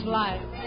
life